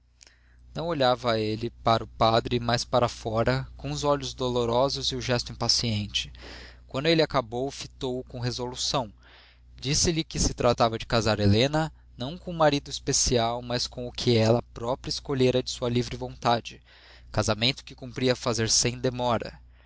não olhava para ele o padre mas para fora com uns olhos dolorosos e o gesto impaciente quando ele acabou fitou-o com resolução disse-lhe que se tratava de casar helena não com um marido especial mas com o que ela própria escolhera de sua vontade livre casamento que cumpria fazer sem demora